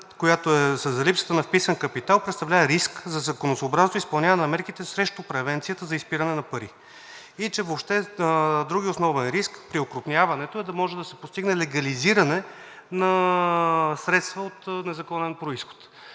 която е за липсата на вписан капитал, представлява риск за законосъобразност и изпълняване на мерките срещу превенцията за изпиране на пари и че въобще, другият основен риск при окрупняването е да може да се постигне легализиране на средства от незаконен произход.